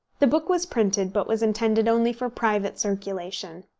the book was printed, but was intended only for private circulation.